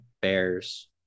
bears